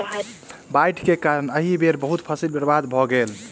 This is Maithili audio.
बाइढ़ के कारण एहि बेर बहुत फसील बर्बाद भअ गेल